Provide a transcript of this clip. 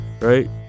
right